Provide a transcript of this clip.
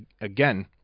again